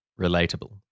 Relatable